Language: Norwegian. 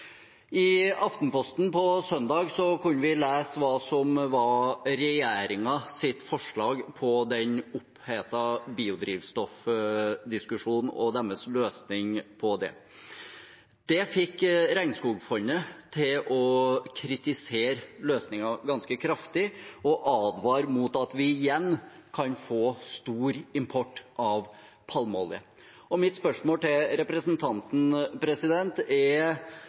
I Aftenposten på søndag kunne vi lese hva som var regjeringens forslag i den opphetede biodrivstoffdiskusjonen, og deres løsning på det. Det fikk Regnskogfondet til å kritisere løsningen ganske kraftig og advare mot at vi igjen kan få stor import av palmeolje. Mitt spørsmål til representanten er: